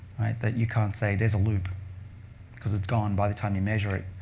that you can't say there's a loop because it's gone by the time you measure it.